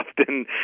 often